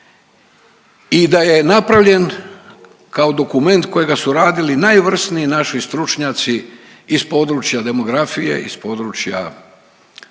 i da je napravljen kao dokument kojega su radili najvrsniji naši stručnjaci iz područja demografije, iz područje sociologije,